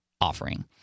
offering